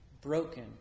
broken